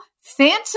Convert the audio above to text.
Phantom